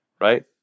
right